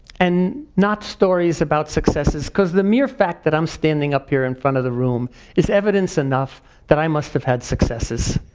and not stories about successes because the mere fact that i'm standing up here in front of the room is evidence enough that i must have had successes.